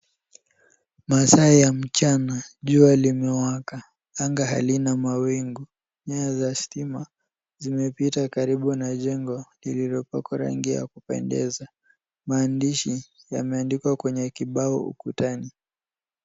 Masaa ya mchana, jua limewaka, anga halina mawingu. Nyaya za stima zimepita karibu na jengo lililopakwa rangi ya kupendeza. Maandishi yameandikwa kwenye kibao ukutani.